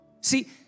See